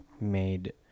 made